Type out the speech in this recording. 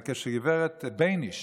רק כשגב' בייניש